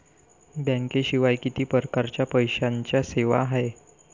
बँकेशिवाय किती परकारच्या पैशांच्या सेवा हाय?